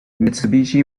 mitsubishi